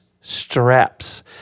straps